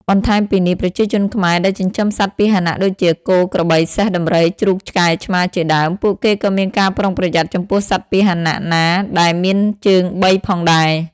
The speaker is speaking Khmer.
បន្ថែមពីនេះ ប្រជាជនខ្មែរដែលចិញ្ចឹមសត្វពាហនៈដូចជា គោ ក្របី សេះ ដំរី ជ្រូក ឆ្កែ ឆ្មា ជាដើម ពួកគេក៏មានការប្រុងប្រយ័ត្នចំពោះសត្វពាហនៈណាដែលមានជើងបីផងដែរ។